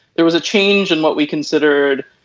there was a change in what we considered